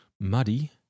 muddy